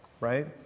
right